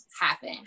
happen